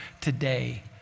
today